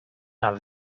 are